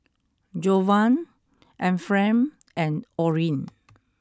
Jovan Ephraim and Orin